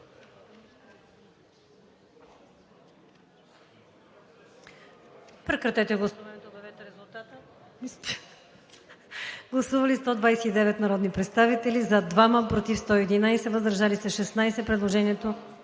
прекратете гласуването и обявете резултата. Гласували 101 народни представители, за 87, против няма и въздържали се 14. Предложението